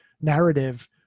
narrative